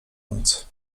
noc